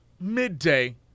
midday